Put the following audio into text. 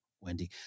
Wendy